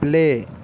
play